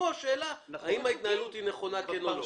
פה השאלה, האם ההתנהלות נכונה, כן או לא.